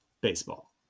baseball